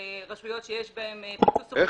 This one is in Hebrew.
ברשויות שיש בהן פיצוץ אוכלוסין -- איך